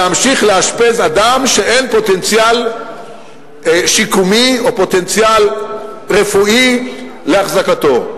להמשיך לאשפז אדם שאין פוטנציאל שיקומי או פוטנציאל רפואי להחזקתו.